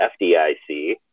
FDIC